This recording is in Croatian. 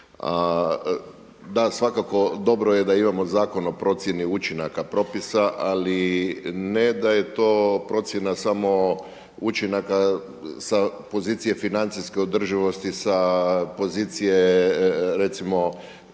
Da, svakako, dobro je da imamo Zakon o procjeni učinaka propisa ali ne da je to procjena samo učinaka sa pozicije financijske održivosti, sa pozicije